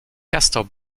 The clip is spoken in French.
castors